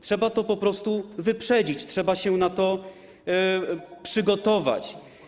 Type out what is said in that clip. Trzeba po prostu to wyprzedzić, trzeba się na to przygotować.